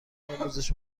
آموزش